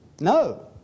No